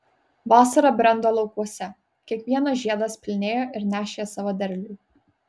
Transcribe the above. vasara brendo laukuose kiekvienas žiedas pilnėjo ir nešė savo derlių